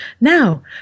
Now